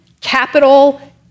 capital